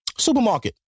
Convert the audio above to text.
supermarket